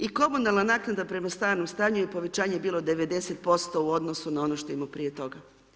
I komunalna naknada prema stvarnom stanju je povećanje bilo 90% u odnosu na ono što je imao prije toga.